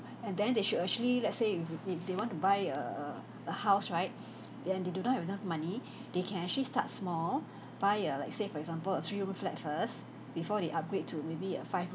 and then they should actually let's say if you if they want to buy a a a house right then they do not have enough money they can actually start small buy a let's say for example a three-room flat first before they upgrade to maybe a five-room